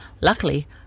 Luckily